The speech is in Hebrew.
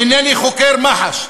אינני חוקר מח"ש,